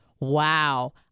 wow